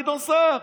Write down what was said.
גדעון סער.